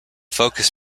focus